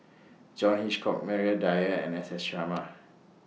John Hitchcock Maria Dyer and S S Sarma